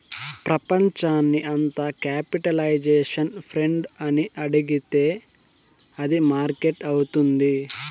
ప్రపంచాన్ని అంత capitalisation friend అని అడిగితే అది మార్కెట్ అవుతుంది